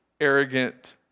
arrogant